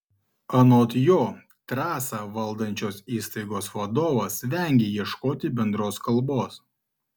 anot jo trasą valdančios įstaigos vadovas vengia ieškoti bendros kalbos